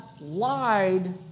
lied